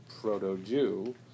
proto-Jew